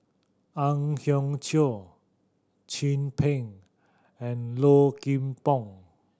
Ang Hiong Chiok Chin Peng and Low Kim Pong